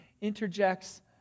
interjects